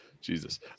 Jesus